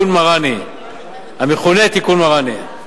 המכונה "תיקון מראני".